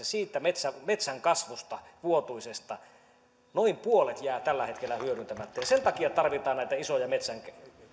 siitä metsän vuotuisesta kasvusta mikä on hyödynnettävissä noin puolet jää tällä hetkellä hyödyntämättä sen takia tarvitaan näitä isoja